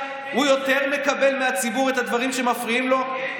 הוא יותר מקבל מהציבור את הדברים שמפריעים לו.